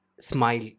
smile